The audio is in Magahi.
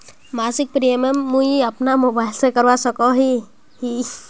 मासिक प्रीमियम मुई अपना मोबाईल से करवा सकोहो ही?